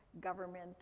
government